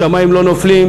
השמים לא נופלים,